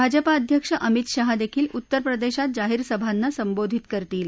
भाजपा अध्यक्ष अमित शाह देखील उत्तरप्रदेशात जाहीर सभांना संबोधित करतील